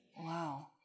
Wow